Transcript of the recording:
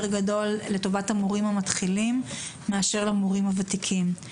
גדול לטובת המורים המתחילים מאשר למורים הוותיקים.